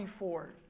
24